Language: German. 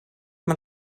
man